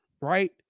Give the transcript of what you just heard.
Right